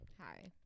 Hi